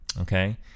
okay